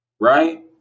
right